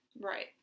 Right